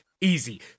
easy